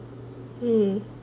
mm